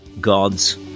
God's